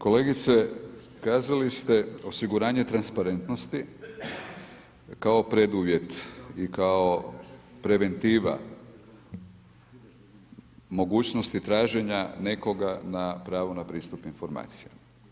Kolegice kazali ste osiguranje transparentnosti, kao preduvjet i kao preventiva, mogućnosti traženja nekoga na pravo pravo na pristup informaciji.